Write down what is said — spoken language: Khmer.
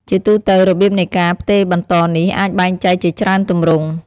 ជាទូទៅ របៀបនៃការផ្ទេរបន្តនេះអាចបែងចែកជាច្រើនទម្រង់។